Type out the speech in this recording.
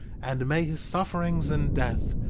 and may his sufferings and death,